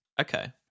Okay